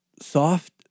soft